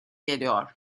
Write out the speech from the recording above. geliyor